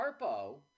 Harpo